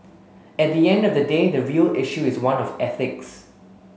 at the end of the day the real issue is one of ethics